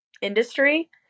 industry